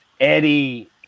Eddie